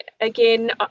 Again